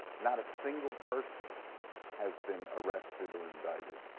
not a single person has been arrested or indicted.